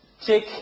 check